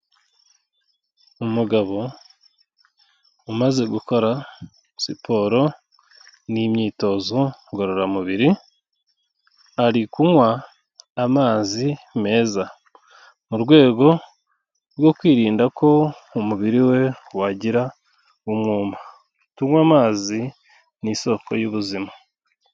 Umugabo umaze gukora siporo n'imyitozo ngororamubiri, ari kunywa amazi meza, mu rwego rwo kwirinda ko umubiri we wagira umwuma. Tunywe amazi ni isoko y'ubuzima.